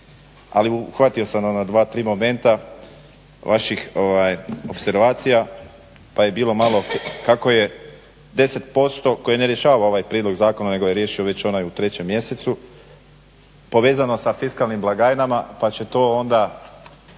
ali uhvatio sam ona dva, tri momenta vaših opservacija pa je bilo malo kako je 10% koje ne rješava ovaj prijedlog zakona nego je riječ već onaj u 3. mjesecu, povezano sa fiskalnim blagajnama pa će to onda